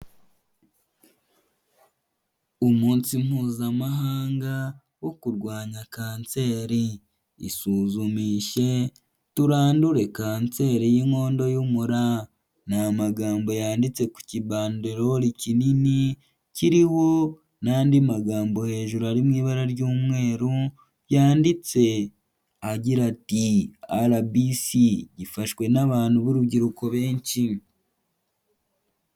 Umunsi mpuzamahanga wo kurwanya kanseri isuzumishe turandure kanseri y'inkondo y'umura, ni amagambo yanditse ku kibanderori kinini kiriho n'andi magambo hejuru ari mu ibara ry'umweru yanditse agira ati: "rbc", gifashwe n'abantu b'urubyiruko benshi.